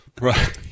Right